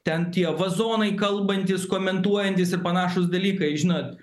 ten tie vazonai kalbantys komentuojantys ir panašūs dalykai žinot